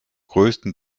größten